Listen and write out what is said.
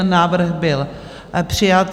Návrh byl přijat.